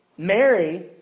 Mary